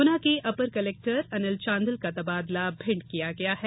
गुना के upper collector Anil Chandil का तबादला भिण्ड किया गया है